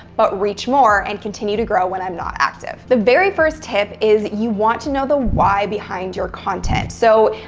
but reach more, and continue to grow when i'm not active. the very first tip is, you want to know the why behind your content. so,